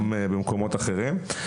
גם במקומות אחרים.